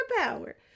Power